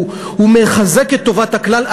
הוא מחזק את טובת הכלל,